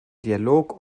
dialog